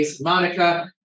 Monica